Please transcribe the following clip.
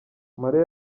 maria